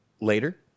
later